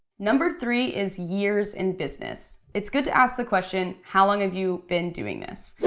number three is years in business. it's good to ask the question how long have you been doing this?